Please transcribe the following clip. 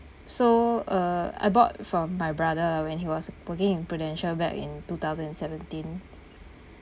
so uh I bought from my brother when he was working in Prudential back in two thousand seventeen